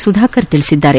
ಸುಧಾಕರ್ ಹೇಳಿದ್ದಾರೆ